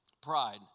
pride